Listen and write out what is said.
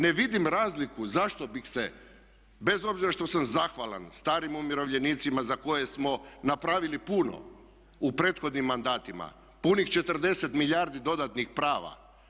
Ne vidim razliku zašto bih se bez obzira što sam zahvalan starim umirovljenicima za koje smo napravili puno u prethodnim mandatima, punih 40 milijardi dodatnih prava.